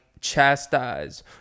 chastised